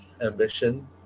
ambition